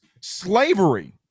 Slavery